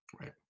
right